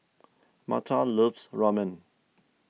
Martha loves Ramen